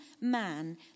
man